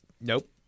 nope